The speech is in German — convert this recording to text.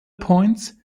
points